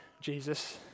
Jesus